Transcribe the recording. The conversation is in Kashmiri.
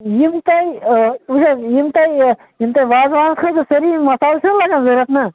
یم تۄہہِ وچھ حظ یم تۄہہِ یم تۄہہِ وازوانس خٲطرٕ سٲرے مسال چھِ نہ لگان ضوٚرتھ نہَ